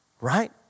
Right